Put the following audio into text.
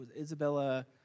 Isabella